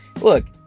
look